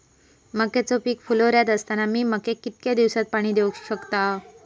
मक्याचो पीक फुलोऱ्यात असताना मी मक्याक कितक्या दिवसात पाणी देऊक शकताव?